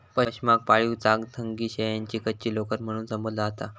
पशमाक पाळीव चांगथंगी शेळ्यांची कच्ची लोकर म्हणून संबोधला जाता